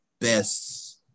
best